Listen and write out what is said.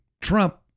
Trump